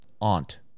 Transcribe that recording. aunt